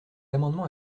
amendement